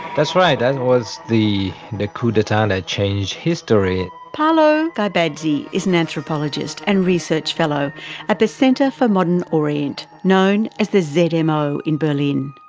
that's right, that was the the coup d'etat that changed history. paolo gaibazzi is an anthropologist and research fellow at the center for modern orient, known as the zmo, in berlin.